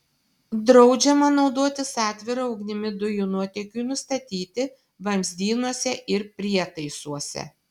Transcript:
draudžiama naudotis atvira ugnimi dujų nuotėkiui nustatyti vamzdynuose ir prietaisuose